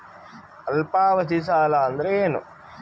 ಅಲ್ಪಾವಧಿ ಸಾಲ ಅಂದ್ರ ಏನು?